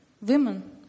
Women